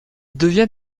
devient